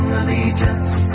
allegiance